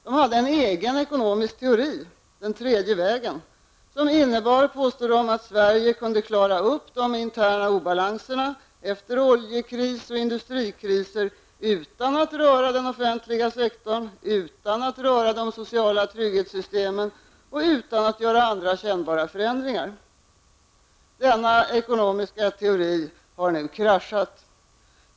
De hade en egen ekonomisk teori, den tredje vägen, som de påstod innebar att Sverige kunde klara upp de interna obalanserna efter oljekris och industrikriser utan att röra den offentliga sektorn och de sociala trygghetssystemen eller göra andra kännbara förändringar. Denna ekonomiska teori har nu kraschat.